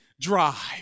drive